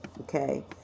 okay